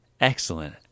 excellent